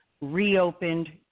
reopened